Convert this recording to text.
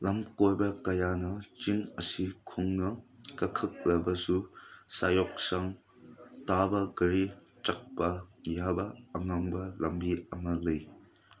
ꯂꯝꯀꯣꯏꯕ ꯀꯌꯥꯅ ꯆꯤꯡ ꯑꯁꯤ ꯈꯣꯡꯅ ꯀꯥꯈꯠꯂꯕꯁꯨ ꯁꯥꯌꯣꯛꯁꯪ ꯇꯥꯕ ꯒꯥꯔꯤ ꯆꯠꯄ ꯌꯥꯕ ꯑꯉꯝꯕ ꯂꯝꯕꯤ ꯑꯃ ꯂꯩ